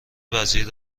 وزیر